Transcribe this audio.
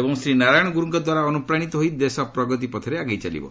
ଏବଂ ଶ୍ରୀ ନାରାୟଣ ଗୁରୁଙ୍କ ଦ୍ୱାରା ଅନୁପ୍ରାଣୀତ ହୋଇ ଦେଶ ପ୍ରଗତୀ ପଥରେ ଆଗେଇ ଚାଲିଛି